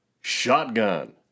Shotgun